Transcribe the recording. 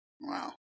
Wow